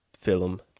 film